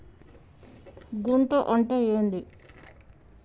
గుంట అంటే ఏంది?